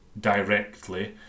directly